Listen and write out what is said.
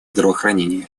здравоохранения